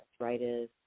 arthritis